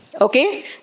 Okay